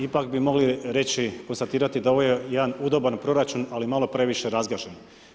Ipak bi mogli reći konstatirati da ovo je jedan udoban proračun ali malo previše razgažen.